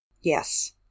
Yes